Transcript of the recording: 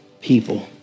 people